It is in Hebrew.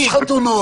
יש חתונות.